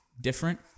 different